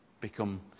become